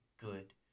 good